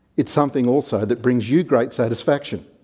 it's something also that brings you great satisfaction.